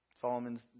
Solomon's